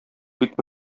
бик